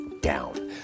down